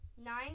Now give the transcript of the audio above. Nine